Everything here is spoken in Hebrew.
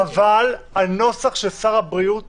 -- אבל הנוסח של שר הבריאות